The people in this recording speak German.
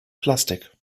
plastik